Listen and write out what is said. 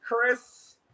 Chris